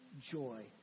joy